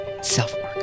Self-Work